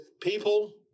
People